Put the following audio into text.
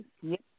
Yes